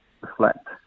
reflect